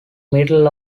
middle